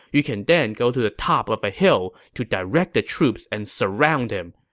you can then go to the top of a hill to direct the troops and surround him.